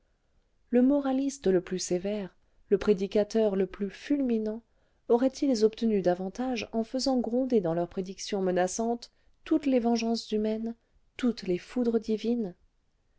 le moraliste le plus sévère le prédicateur le plus fulminant auraient-ils obtenu davantage en faisant gronder dans leurs prédictions menaçantes toutes les vengeances humaines toutes les foudres divines